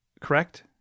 correct